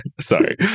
sorry